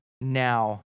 now